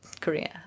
Korea